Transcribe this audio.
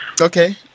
Okay